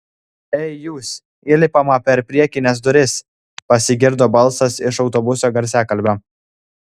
ei jūs įlipama per priekines duris pasigirdo balsas iš autobuso garsiakalbio